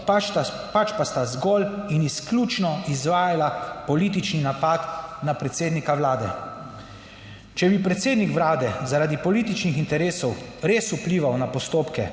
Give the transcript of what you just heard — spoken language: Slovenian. pač pa sta zgolj in izključno izvajala politični napad na predsednika Vlade. Če bi predsednik Vlade zaradi političnih interesov res vplival na postopke